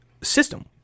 system